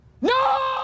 No